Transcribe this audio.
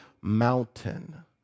mountain